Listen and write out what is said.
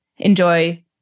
Enjoy